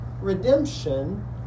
redemption